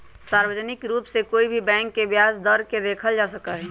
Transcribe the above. सार्वजनिक रूप से कोई भी बैंक के ब्याज दर के देखल जा सका हई